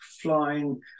flying